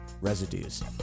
Residues